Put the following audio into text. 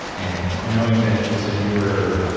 and knowing that you said you were.